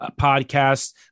podcast